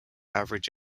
average